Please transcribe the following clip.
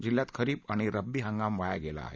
जिल्ह्यात खरिप आणि रब्बी हंगाम वाया गेला आहे